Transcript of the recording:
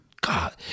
God